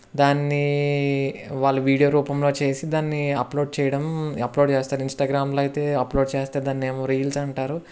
దాన్ని వాళ్ళు వీడియో రూపంలో చేసి దాన్ని అప్లోడ్ చేయడం అప్లోడ్ చేస్తారు ఇన్స్టాగ్రామ్లో అయితే అప్లోడ్ చేస్తే దాన్ని ఏమో రీల్స్ అంటారు